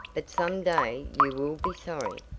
but some day you will be sorry.